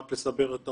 רק לסבר את האוזן,